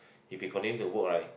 if he continue to work right